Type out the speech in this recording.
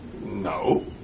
no